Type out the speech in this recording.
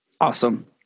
Awesome